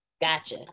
Gotcha